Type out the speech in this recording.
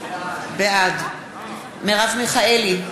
בעד מרב מיכאלי,